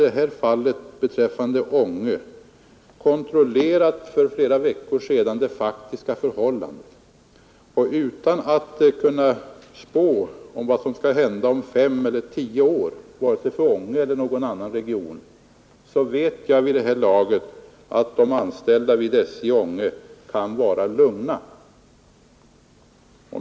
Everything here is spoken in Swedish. Jag har för flera veckor sedan kontrollerat det faktiska förhållandet i Änge. Utan att kunna spå om vad som skall hända om fem eller tio år vare sig för Ange eller någon annan region vet jag vid det här laget att de anställda vid SJ i Änge kan vara lugna.